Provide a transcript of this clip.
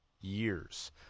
years